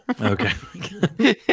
Okay